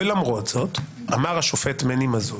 ולמרות זאת אמר השופט מני מזוז,